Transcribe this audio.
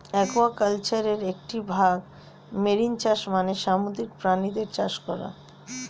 অ্যাকুয়াকালচারের একটি ভাগ মেরিন চাষ মানে সামুদ্রিক প্রাণীদের চাষ করা